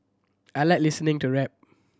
I like listening to rap